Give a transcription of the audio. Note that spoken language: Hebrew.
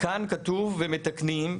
כאן כתוב ומתקנים,